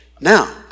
Now